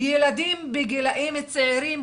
ילדים בגילאים צעירים,